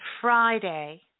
Friday